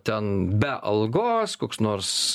ten be algos koks nors